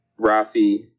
Rafi